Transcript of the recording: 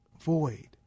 void